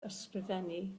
ysgrifennu